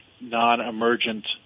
non-emergent